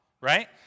right